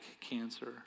cancer